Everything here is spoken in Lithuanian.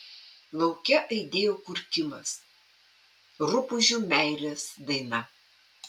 lauke aidėjo kurkimas rupūžių meilės daina